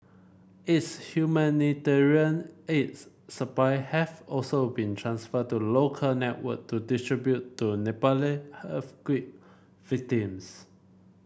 its humanitarian aids supply have also been transferred to local network to distribute to Nepali earthquake victims